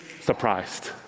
surprised